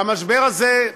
והמשבר הזה,